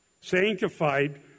Sanctified